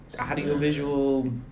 Audiovisual